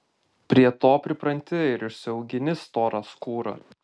prie to pripranti ir užsiaugini storą skūrą